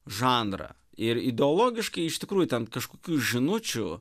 žanrą ir ideologiškai iš tikrųjų ten kažkokių žinučių